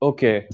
Okay